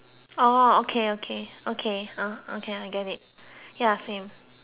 okay okay ah okay I get it ya same